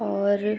और